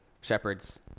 shepherds